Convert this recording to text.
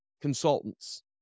consultants